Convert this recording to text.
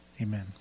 Amen